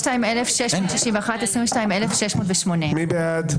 22,681 עד 22,700. מי בעד?